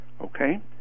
okay